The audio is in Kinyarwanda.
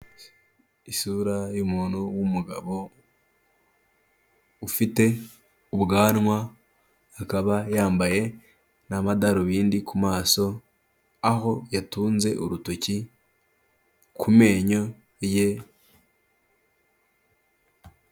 Isura y'umuntu w'umugabo ufite ubwanwa akaba yambaye n'amadarubindi ku maso, aho yatunze urutoki ku menyo ye.